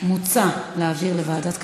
מוצע להעביר לוועדת הכלכלה.